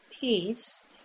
piece